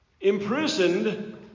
imprisoned